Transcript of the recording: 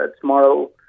tomorrow